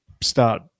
start